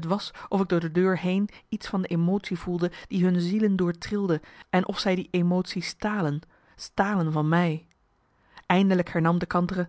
t was of ik door de deur heen iets van de emotie voelde die hun zielen doortrilde en of zij die emotie stalen stalen van mij eindelijk hernam de kantere